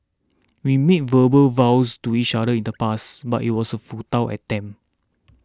we made verbal vows to each other in the past but it was a futile attempt